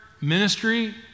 ministry